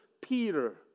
Peter